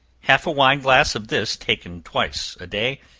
half a wine-glass of this taken, twice a day,